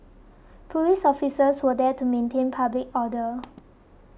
police officers were there to maintain public order